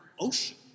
ocean